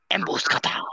Emboscada